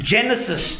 Genesis